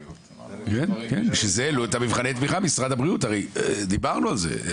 --- לכן משרד הבריאות העלה את מבחני התמיכה דיברנו על זה.